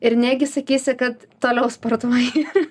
ir negi sakysi kad toliau sportuoji